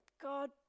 God